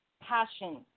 passion